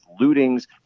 lootings